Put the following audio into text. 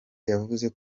yavuze